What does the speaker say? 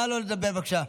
נא לא לדבר, בבקשה.